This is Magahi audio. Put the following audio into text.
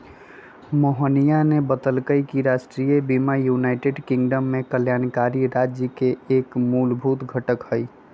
मोहिनीया ने बतल कई कि राष्ट्रीय बीमा यूनाइटेड किंगडम में कल्याणकारी राज्य के एक मूलभूत घटक हई